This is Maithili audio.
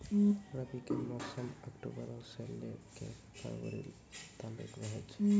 रबी के मौसम अक्टूबरो से लै के फरवरी तालुक रहै छै